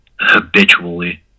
habitually